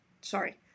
Sorry